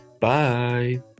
Bye